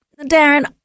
Darren